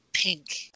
Pink